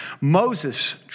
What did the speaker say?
Moses